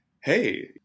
hey